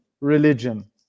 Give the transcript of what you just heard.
religion